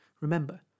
Remember